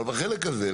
אבל בחלק הזה,